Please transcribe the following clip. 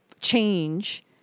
change